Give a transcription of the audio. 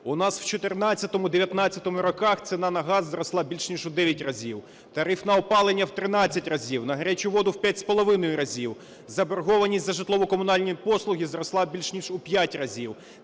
У нас в 2014-2019 роках ціна на газ зросла більше ніж у 9 разів, тариф на опалення – в 13 разів, на гарячу воду – в 5,5 разів, заборгованість за житлово-комунальні послуги зросла більше, ніж у 5 разів.